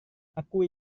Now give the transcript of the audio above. aku